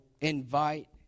invite